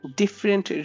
different